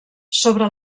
sobre